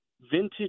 vintage